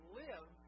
live